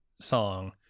song